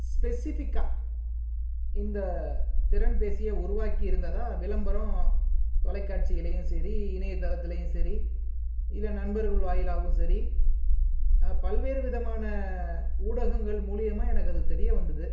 ஸ்பெசிஃபிக்காக இந்த திறன் பேசியை உருவாக்கி இருந்ததாக விளம்பரம் தொலைகாட்சியிலேயும் சரி இணையதளத்துகேயும் சரி இல்லை நண்பர்கள் வாயிலாகவும் சரி பல்வேறு விதமான ஊடகங்கள் மூலிமா எனக்கு அது தெரிய வந்தது